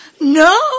No